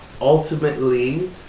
ultimately